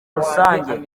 rusange